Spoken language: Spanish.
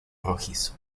rojizo